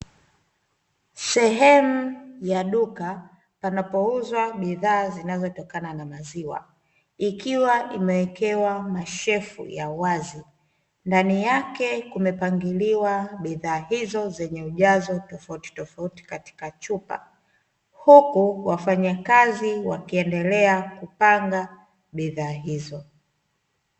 Sehemu ya duka panapouzwa bidhaa zinazotokana na maziwa ikiwa imewekewa mashelfu ya wazi, ndani yake kumepangiliwa bidhaa hizo zenye ujazo tofautitofauti katika chupa huku wafanyakazi wakiendelea kupanga bidhaa hizo.